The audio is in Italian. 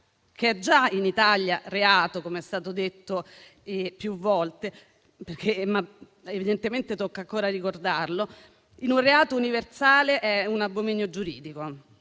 che già in Italia è reato - come è stato detto più volte, ma evidentemente tocca ancora ricordarlo - in un reato universale è un abominio giuridico.